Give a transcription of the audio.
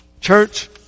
Church